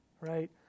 right